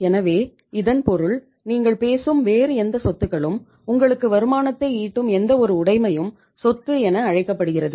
எனவே இதன் பொருள் நீங்கள் பேசும் வேறு எந்த சொத்துகளும் உங்களுக்கு வருமானத்தை ஈட்டும் எந்தவொரு உடைமையும் சொத்து என அழைக்கப்படுகிறது